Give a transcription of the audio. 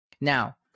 Now